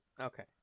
Okay